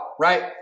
right